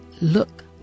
Look